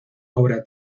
obra